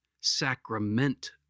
sacrament